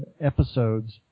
episodes